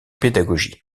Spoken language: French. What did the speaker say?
pédagogie